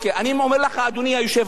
אני אומר לך, אדוני היושב-ראש,